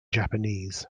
japanese